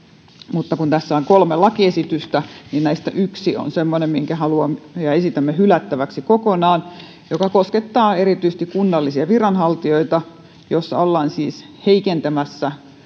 mutta kun tässä on kolme lakiesitystä niin näistä yksi on semmoinen mitä esitämme hylättäväksi kokonaan se koskettaa erityisesti kunnallisia viranhaltijoita ja siinä ollaan siis heikentämässä